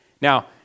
Now